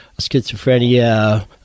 Schizophrenia